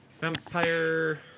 vampire